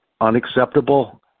unacceptable